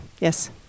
Yes